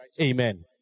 Amen